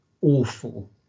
awful